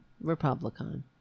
Republican